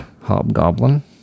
Hobgoblin